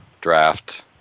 draft